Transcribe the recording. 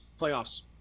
playoffs